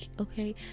okay